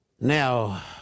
Now